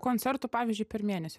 koncertų pavyzdžiui per mėnesį